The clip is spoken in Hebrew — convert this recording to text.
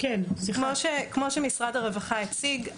כמו שמשרד הרווחה הציג,